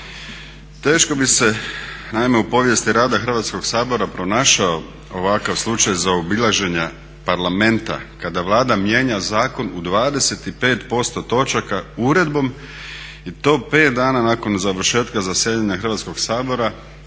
Teško bi se, naime u povijesti rada Hrvatskog sabora pronašao ovakav slučaj zaobilaženja Parlamenta kada Vlada mijenja zakon u 25% točaka uredbom i to 5 dana nakon završetka zasjedanja Hrvatskog sabora,